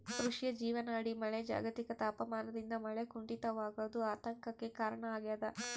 ಕೃಷಿಯ ಜೀವನಾಡಿ ಮಳೆ ಜಾಗತಿಕ ತಾಪಮಾನದಿಂದ ಮಳೆ ಕುಂಠಿತವಾಗೋದು ಆತಂಕಕ್ಕೆ ಕಾರಣ ಆಗ್ಯದ